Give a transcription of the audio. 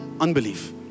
Unbelief